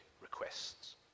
requests